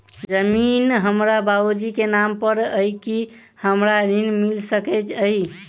जमीन हमरा बाबूजी केँ नाम पर अई की हमरा ऋण मिल सकैत अई?